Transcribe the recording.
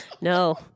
no